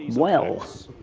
well,